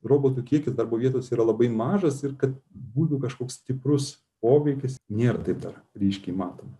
robotų kiekis darbo vietose yra labai mažas ir kad būtų kažkoks stiprus poveikis nėr taip dar ryškiai matoma